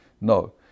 No